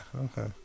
Okay